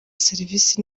serivisi